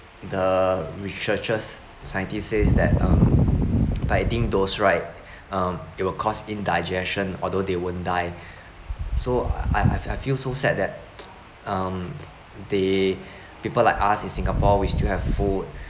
the researchers scientists says that um by eating those right um it will cause indigestion although they wouldn't die so I I I I feel so sad that um they people like us in singapore we still have food